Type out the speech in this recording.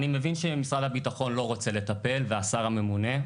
אני מבין שמשרד הביטחון לא רוצה לטפל והשר הממונה,